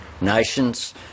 nations